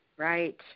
Right